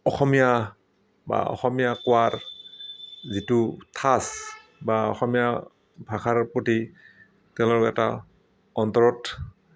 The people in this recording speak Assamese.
অসমীয়া বা অসমীয়া কোৱাৰ যিটো থাচ বা অসমীয়া ভাষাৰ প্ৰতি তেওঁলোকৰ এটা অন্তৰত